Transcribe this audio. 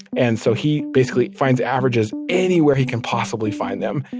and so he basically finds averages anywhere he can possibly find them,